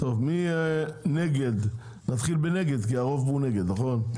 טוב נגד נתחיל בנגד כי הרוב הוא נגד נכון?